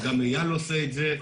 וגם איל עושה את זה,